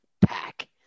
pack